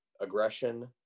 aggression